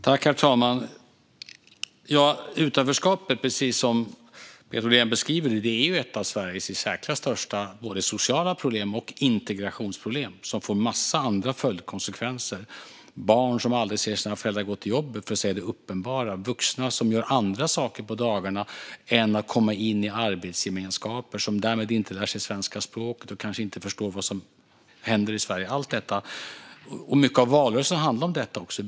Herr talman! Utanförskapet är, precis som Peter Ollén beskriver, ett av Sveriges i särklass största sociala problem och integrationsproblem, som får en massa andra följdkonsekvenser: barn som aldrig ser sina föräldrar gå till jobbet, för att säga det uppenbara, och vuxna som gör andra saker på dagarna än att komma in i arbetsgemenskaper och därmed inte lär sig svenska språket och kanske inte förstår vad som händer i Sverige - allt detta. Mycket av valrörelsen handlade också om detta.